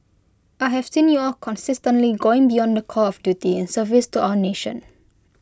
I have seen you all consistently going beyond the call of duty service to our nation